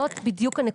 זאת בדיוק הנקודה.